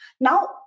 Now